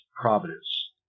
providence